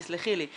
תסלחי לי.